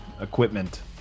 equipment